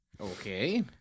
okay